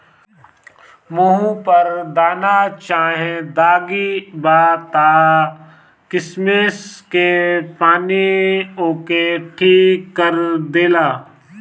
मुहे पर दाना चाहे दागी बा त किशमिश के पानी ओके ठीक कर देला